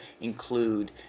include